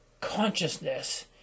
consciousness